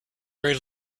very